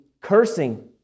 cursing